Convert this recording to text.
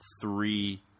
three